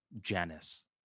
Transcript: Janice